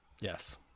yes